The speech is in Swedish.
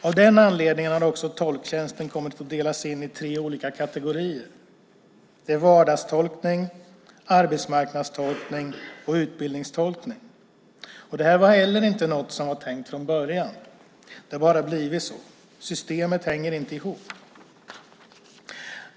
Av den anledningen har också tolktjänsten kommit att delas in i tre olika kategorier: vardagstolkning, arbetsmarknadstolkning och utbildningstolkning. Det här var heller inte något som var tänkt från början. Det har bara blivit så. Systemet hänger inte ihop.